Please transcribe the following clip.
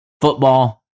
Football